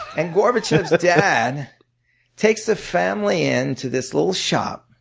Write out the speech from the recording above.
and gorbachev's dad takes the family into this little shop